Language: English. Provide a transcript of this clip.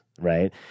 Right